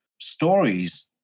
Stories